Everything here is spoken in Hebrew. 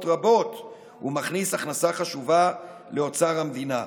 רבות ומכניס הכנסה חשובה לאוצר המדינה.